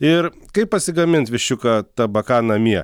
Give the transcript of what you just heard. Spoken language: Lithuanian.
ir kaip pasigamint viščiuką tabaka namie